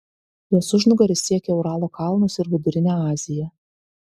jos užnugaris siekia uralo kalnus ir vidurinę aziją